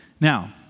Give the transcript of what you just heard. Now